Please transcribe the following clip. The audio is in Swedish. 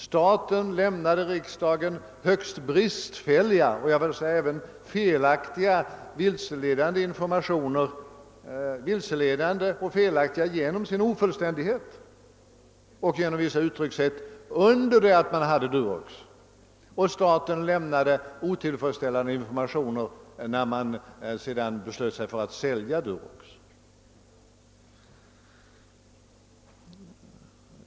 Staten lämnade riksdagen högst bristfällig och genom sin ofullständighet och sina uttryckssätt vilseledande och felaktig information under det att man ägde Durox. Och staten lämnade otillfredsställande information när man sedan beslöt sig för att sälja Durox.